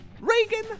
Reagan